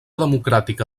democràtica